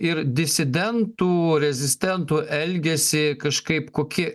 ir disidentų rezistentų elgiasį kažkaip koki